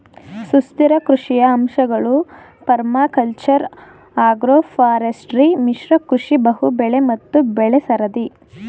ಸುಸ್ಥಿರ ಕೃಷಿಯ ಅಂಶಗಳು ಪರ್ಮಾಕಲ್ಚರ್ ಅಗ್ರೋಫಾರೆಸ್ಟ್ರಿ ಮಿಶ್ರ ಕೃಷಿ ಬಹುಬೆಳೆ ಮತ್ತು ಬೆಳೆಸರದಿ